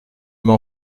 m’en